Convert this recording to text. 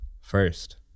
first